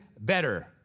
better